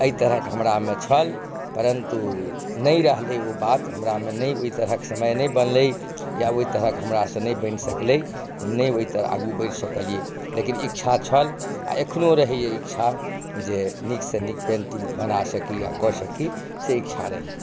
अइ तरहक हमरामे छल परन्तु नहि रहलइ ओ बात हमरामे नहि ओइ तरहक समय नहि बनलइ या ओइ तरहक हमरासँ नहि बनि सकलइ हम नहि ओइ तरह आगू बढ़ि सकलियइ लेकिन इच्छा छल आओर एखनो रहैये इच्छा जे नीकसँ नीक पेन्टिंग बना सकी या कऽ सकी से इच्छा रहैये